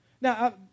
Now